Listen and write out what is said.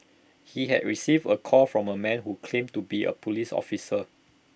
he had received A call from A man who claimed to be A Police officer